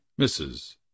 Mrs